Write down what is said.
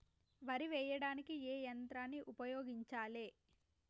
వరి కొయ్యడానికి ఏ యంత్రాన్ని ఉపయోగించాలే?